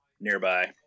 nearby